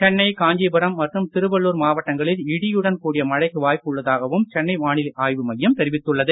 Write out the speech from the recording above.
சென்னை காஞ்சிபுரம் மற்றும் திருவள்ளூர் மாவட்டங்களில் இடியுடன் கூடிய மழைக்கு வாய்ப்பு உள்ளதாகவும் சென்னை வானிலை ஆய்வு மையம் தெரிவித்துள்ளது